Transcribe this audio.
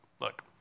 look